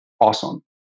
awesome